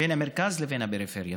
בין המרכז לבין הפריפריה.